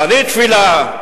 ואני תפילה,